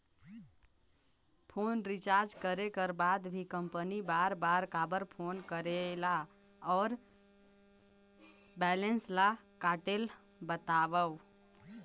Phone recharge करे कर बाद भी कंपनी बार बार काबर फोन करेला और बैलेंस ल काटेल बतावव?